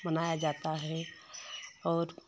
मनाया जाता है और